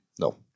No